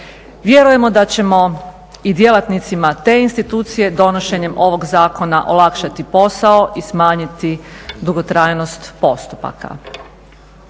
Vjerujemo da ćemo i djelatnicima te institucije donošenjem ovog zakona olakšati posao i smanjiti dugotrajnost postupaka.